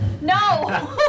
No